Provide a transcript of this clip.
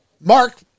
Mark